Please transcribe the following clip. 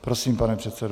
Prosím, pane předsedo.